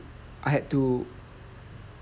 I had to